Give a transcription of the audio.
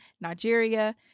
nigeria